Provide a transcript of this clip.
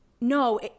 no